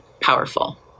powerful